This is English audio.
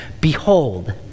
Behold